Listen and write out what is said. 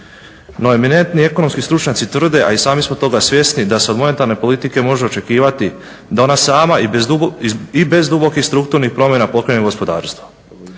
No eminentni ekonomski stručnjaci tvrde a i sami smo toga svjesni da se od monetarne politike može očekivati da ona sama i bez dubokih strukturnih promjena pokrene u gospodarstvu.